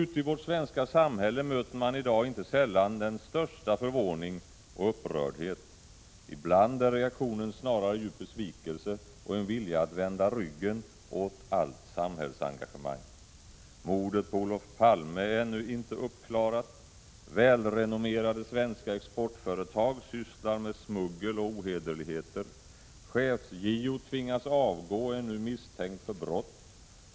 Ute i det svenska samhället möter man i dag inte sällan den största förvåning och upprördhet. Ibland är reaktionen snarare djup besvikelse och en vilja att vända ryggen åt allt samhällsengagemang. Mordet på Olof Palme är ännu inte uppklarat. Välrenommerade svenska exportföretag sysslar med smuggel och ohederligheter. Chefs-JO tvingas avgå och är nu misstänkt för brott.